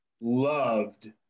loved